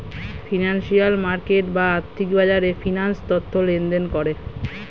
financial market বা আর্থিক বাজারে ফিন্যান্স তথ্য লেনদেন করে